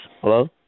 Hello